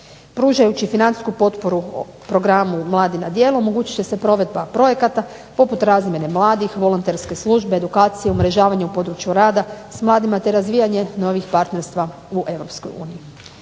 Pružajući financijsku potporu Programi mladi na djelu omogućit će se provedba projekata poput razmjene mladih, volonterske službe, edukacije, umrežavanje u područje rada s mladima, te razvijanje novih partnerstva u EU.